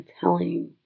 telling